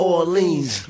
Orleans